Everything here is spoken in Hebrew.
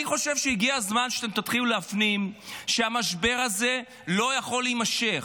אני חושב שהגיע הזמן שאתם תתחילו להפנים שהמשבר הזה לא יכול להימשך.